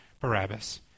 Barabbas